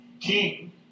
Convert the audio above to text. king